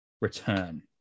return